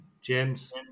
James